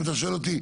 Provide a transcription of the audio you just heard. אם אתה שואל אותי,